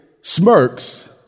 smirks